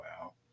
wow